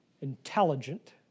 Intelligent